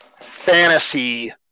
fantasy